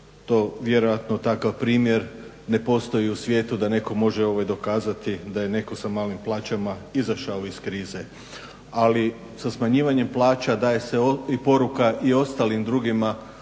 to vjerojatno takav primjer ne postoji u svijetu da netko može dokazati da je netko sa malim plaćama izašao iz krize. Ali sa smanjivanjem plaća daje se poruka i ostalim drugima